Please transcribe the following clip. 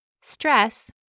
Stress